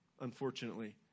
unfortunately